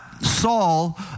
Saul